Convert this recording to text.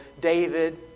David